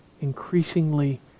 increasingly